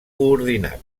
coordinat